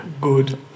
good